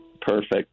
Perfect